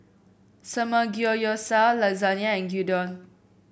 Samgeyopsal Lasagne and Gyudon